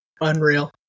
Unreal